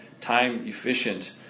time-efficient